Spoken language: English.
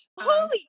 holy